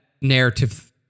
narrative